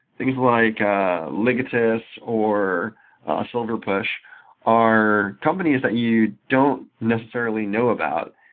things like ligatus, or ah silverpush are companies that you don't necessarily know about.